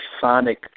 Sonic